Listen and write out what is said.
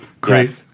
Great